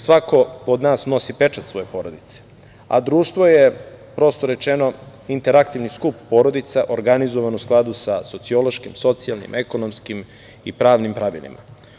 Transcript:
Svako od nas nosi pečat svoje porodice, a društvo je, prosto rečeno, interaktivni skup porodica, organizovano u skladu sa sociološkim, socijalnim, ekonomskim i pravnim pravilima.